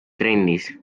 trennis